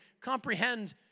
comprehend